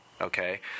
okay